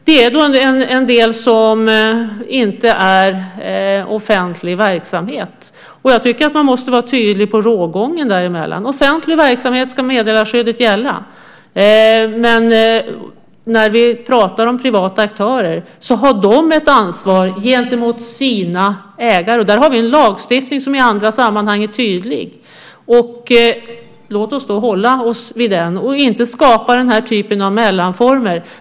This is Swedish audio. Det är en del som inte är offentlig verksamhet. Jag tycker att man måste vara tydlig med rågången däremellan. Inom offentlig verksamhet ska meddelarskyddet gälla, men privata aktörer har ett ansvar gentemot sina ägare. Där har vi en lagstiftning som i andra sammanhang är tydlig. Låt oss då hålla oss vid den och inte skapa den här typen av mellanformer.